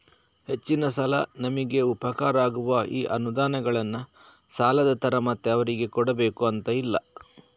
ಹೆಚ್ಚಿನ ಸಲ ನಮಿಗೆ ಉಪಕಾರ ಆಗುವ ಈ ಅನುದಾನಗಳನ್ನ ಸಾಲದ ತರ ಮತ್ತೆ ಅವರಿಗೆ ಕೊಡಬೇಕು ಅಂತ ಇಲ್ಲ